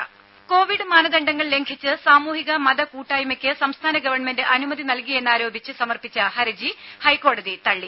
രുദ കോവിഡ് മാനദണ്ഡങ്ങൾ ലംഘിച്ച് സാമൂഹിക മത കൂട്ടായ്മക്ക് സംസ്ഥാന ഗവൺമെന്റ് അനുമതി നൽകി എന്നാരോപിച്ച് സമർപ്പിച്ച ഹർജി ഹൈക്കോടതി തള്ളി